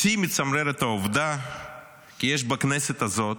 אותי מצמררת העובדה כי יש בכנסת הזאת,